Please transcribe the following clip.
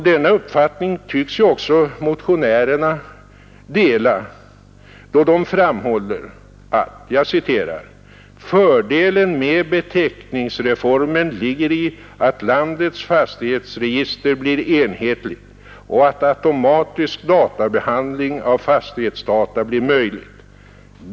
Denna uppfattning tycks också motionärerna dela då de framhåller: ”Fördelen med beteckningsreformen ligger i att landets fastighetsregister blir enhetligt och att automatisk databehandling av fastighetsdata blir möjlig.